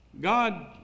God